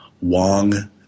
Wong